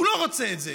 הוא לא רוצה את זה.